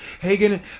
Hagen